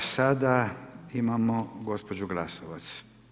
Sada imamo gospođu Glasovac.